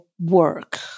work